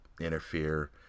interfere